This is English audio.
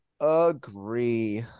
agree